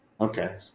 Okay